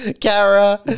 Kara